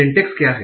syntax क्या है